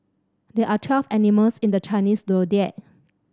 there are twelve animals in the Chinese Zodiac